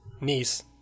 niece